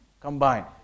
combine